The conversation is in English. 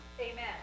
Amen